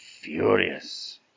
furious